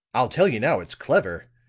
i'll tell you now it's clever